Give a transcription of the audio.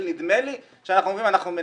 נדמה לי שאנחנו אומרים אנחנו מנסים,